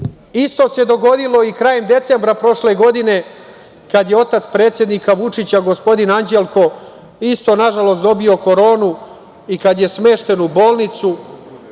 Isto se dogodilo i krajem decembra prošle godine kad je otac predsednika Vučića, gospodin Anđelko, isto nažalost dobio koronu, i kada je smešten u bolnicu,